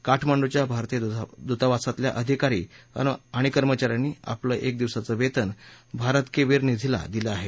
काठमांडूच्या भारतीय दूतावासातल्या अधिकारी आणि कर्मचाऱ्यांनी आपलं एक दिवसाचं वेतन भारत के वीर निधीला दिलं आहे